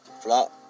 flop